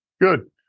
good